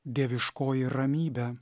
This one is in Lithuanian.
dieviškoji ramybė